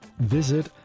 visit